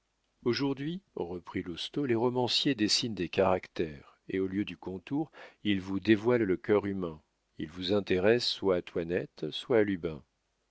aujourd'hui reprit lousteau les romanciers dessinent des caractères et au lieu du contour net ils vous dévoilent le cœur humain ils vous intéressent soit à toinette soit à